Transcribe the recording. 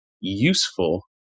useful